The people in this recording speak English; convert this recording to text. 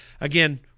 Again